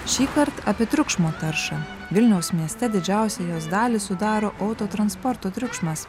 šįkart apie triukšmo taršą vilniaus mieste didžiausią jos dalį sudaro autotransporto triukšmas